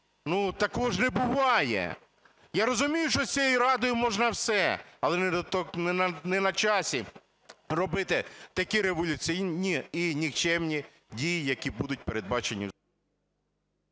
такого ж не буває. Я розумію, що з цією Радою можна все, але не на часі робити такі революційні і нікчемні дії, які будуть передбачені…